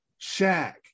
Shaq